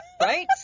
Right